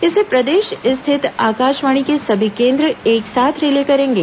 इसे प्रदेश स्थित आकाशवाणी के सभी केंद्र एक साथ रिले करेंगे